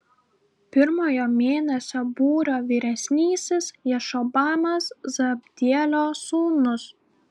pirmojo mėnesio būrio vyresnysis jašobamas zabdielio sūnus